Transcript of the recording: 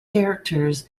characters